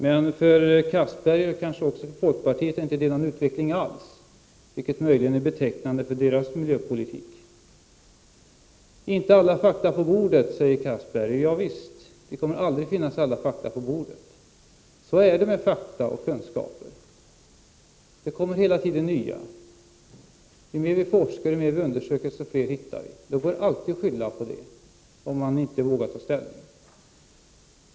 För Anders Castberger och kanske även för folkpartiet är det ingen utveckling alls, vilket möjligen är betecknande för deras miljöpolitik. Alla fakta finns inte på bordet, säger Anders Castberger. Nej, alla fakta kommer aldrig att finnas på bordet. Det är så med fakta och kunskaper, det kommer hela tiden nya. Ju mer vi forskar och undersöker, desto fler fakta hittar vi. Det går alltid att skylla på det, om man inte vågar ta ställning.